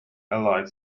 allied